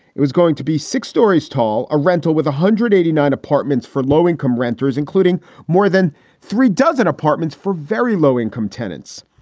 it was going to be six stories tall. a rental with one ah hundred eighty nine apartments for low income renters, including more than three dozen apartments for very low income tenants.